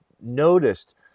noticed